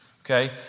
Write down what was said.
Okay